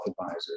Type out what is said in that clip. advisor